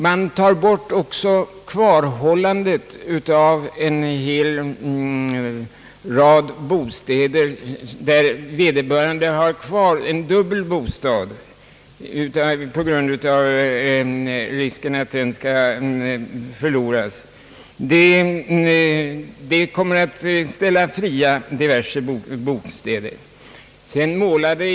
Man tar också bort kvarhållandet av en rad bostäder där vederbörande har kvar en dubbel bostad med hänsyn till risken att den skall förloras. Detta kommer att friställa ett antal bostäder.